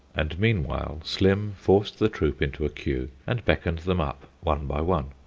and meanwhile slim formed the troop into a queue and beckoned them up one by one.